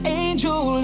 angel